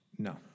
No